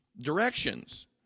directions